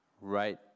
right